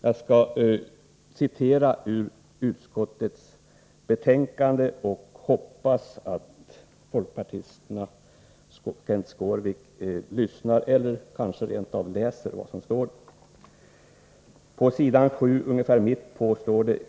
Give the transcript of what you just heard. Jag skall citera ur betänkandet på s. 7 och hoppas att Kenth Skårvik och andra folkpartister lyssnar och kanske rent av läser vad som står där.